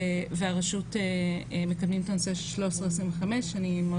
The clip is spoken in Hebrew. והרשות מקדמים את הנושא של 1325. אני מאוד